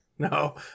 No